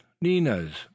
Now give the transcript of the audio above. ninas